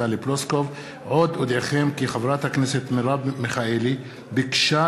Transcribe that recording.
עוד אודיעכם כי חברת הכנסת מרב מיכאלי ביקשה